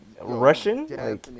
Russian